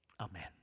amen